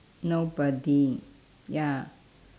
nobody ya